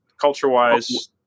culture-wise